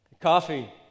Coffee